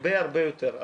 הרבה הרבה יותר.